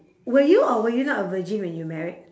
were you or were you not a virgin when you married